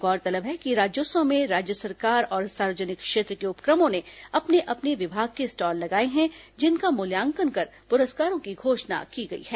गोरतलब है कि राज्योत्सव में राज्य सरकार और सार्वजनिक क्षेत्र के उप क्र मों ने अपने अपने विभाग के स्टॉल लगाए हैं जिनका मूल्यांकन कर पुरस्कारों की घोषणा की गई है